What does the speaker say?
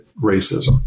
racism